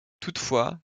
toutefois